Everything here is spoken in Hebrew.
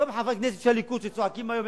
אותם חברי כנסת של הליכוד שצועקים היום,